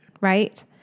right